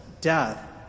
death